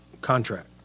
contract